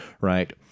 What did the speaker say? right